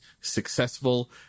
successful